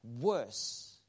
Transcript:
worse